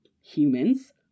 humans